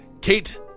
Kate